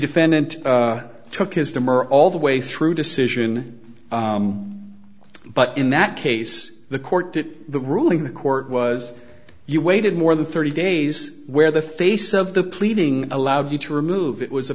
defendant took his dimmer all the way through decision but in that case the court did the ruling the court was you waited more than thirty days where the face of the pleading allowed you to remove it was